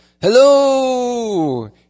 hello